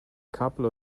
couple